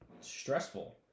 stressful